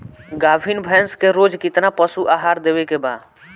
गाभीन भैंस के रोज कितना पशु आहार देवे के बा?